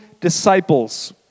disciples